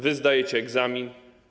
Wy zdajecie egzamin.